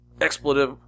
expletive